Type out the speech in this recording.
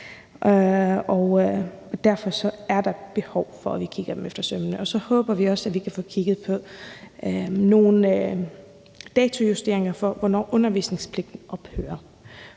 derfor er der behov for, at vi kigger det efter i sømmene, og så håber vi også, at vi kan få kigget på nogle datojusteringer for, hvornår undervisningspligten inden